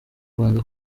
rwanda